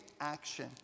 action